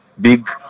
big